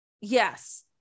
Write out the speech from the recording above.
Yes